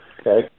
Okay